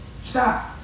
Stop